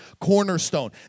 cornerstone